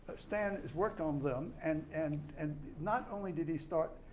stan has worked on them and and and not only did he start,